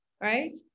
right